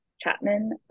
Chapman